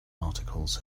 articles